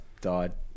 died